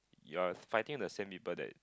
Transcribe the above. you are finding the same people that